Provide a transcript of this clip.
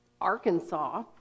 Arkansas